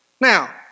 Now